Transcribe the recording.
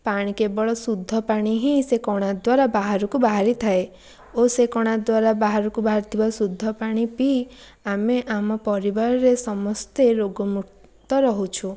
ପାଣି କେବଳ ଶୁଦ୍ଧ ପାଣି ହିଁ ସେ କଣା ଦ୍ୱାରା ବାହାରକୁ ବାହାରିଥାଏ ଓ ସେ କଣାଦ୍ୱାରା ବାହାରକୁ ବାହାରିଥିବା ଶୁଦ୍ଧ ପାଣି ପିଇ ଆମେ ଆମ ପରିବାରରେ ସମସ୍ତେ ରୋଗମୁକ୍ତ ରହୁଛୁ